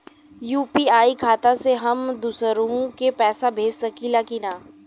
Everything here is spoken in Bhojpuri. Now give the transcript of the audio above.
यू.पी.आई खाता से हम दुसरहु के पैसा भेज सकीला की ना?